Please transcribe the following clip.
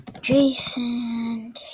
Jason